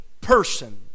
person